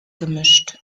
gemischt